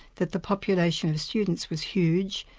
that the population of students was huge,